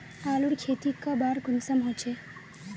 आलूर खेती कब आर कुंसम होचे?